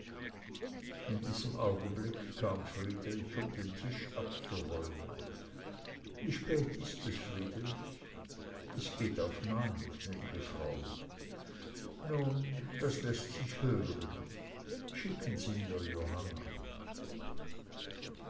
in diesem augenblick kam friedrich um den tisch abzuräumen wie spät ist es friedrich es geht auf neun gnäd'ge frau nun das läßt sich hören schicken sie mir johanna